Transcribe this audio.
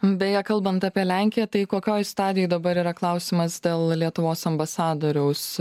beje kalbant apie lenkiją tai kokioj stadijoj dabar yra klausimas dėl lietuvos ambasadoriaus